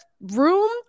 room